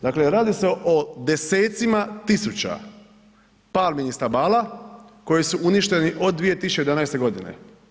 Dakle, radi se o desecima tisuća palminih stabala koje su uništeni od 2011. godine.